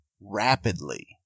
rapidly